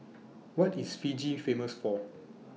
What IS Fiji Famous For